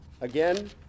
Again